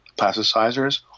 plasticizers